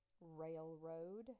Railroad